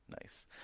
Nice